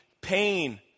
pain